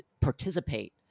participate